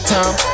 Time